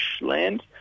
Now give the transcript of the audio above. land